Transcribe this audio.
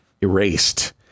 erased